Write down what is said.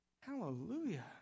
Hallelujah